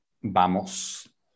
vamos